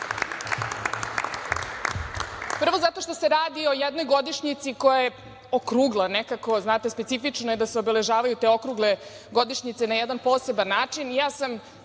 Prvo, zato što se radi o jednoj godišnjici koja je okrugla. Znate, specifično je da se obeležavaju te okrugle godišnjice na jedan poseban način